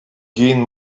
gehen